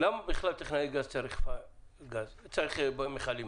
למה בכלל טכנאי גז צריך מכלים אצלו?